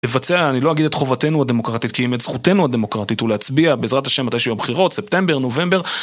לבצע, אני לא אגיד את חובתנו הדמוקרטית, כי אם את זכותנו הדמוקרטית הוא להצביע, בעזרת השם מתישהו הבחירות, ספטמבר, נובמבר